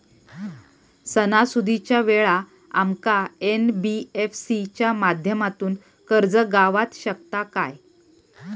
सणासुदीच्या वेळा आमका एन.बी.एफ.सी च्या माध्यमातून कर्ज गावात शकता काय?